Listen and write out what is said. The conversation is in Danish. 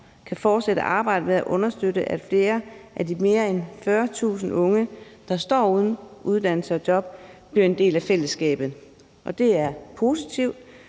kan fortsætte arbejdet med at understøtte, at flere af de mere end 40.000 unge, der står uden uddannelse og job, bliver en del af fællesskabet. Det er positivt.